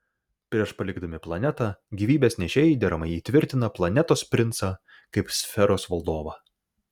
prieš palikdami planetą gyvybės nešėjai deramai įtvirtina planetos princą kaip sferos valdovą